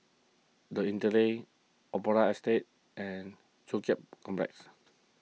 the Interlace Opera Estate and Joo Chiat Complex